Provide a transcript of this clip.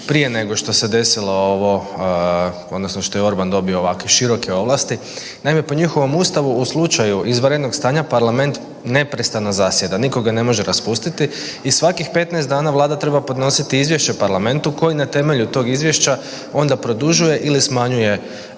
prije nego što se desilo ovo, odnosno što je Orban dobio ovako široke ovlasti. Naime, po njihovom Ustavu, u slučaju izvanrednog stanja, parlament neprestano zasjeda, nitko ga ne može raspustiti i svakih 15 dana vlada treba podnositi izvješće parlamentu koji na temelju tog izvješća onda produžuje ili smanjuje,